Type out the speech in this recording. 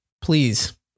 please